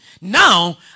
Now